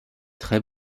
très